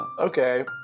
okay